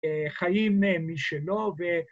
חיים משלו ו...